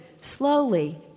slowly